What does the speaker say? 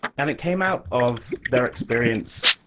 and it came out of their experience.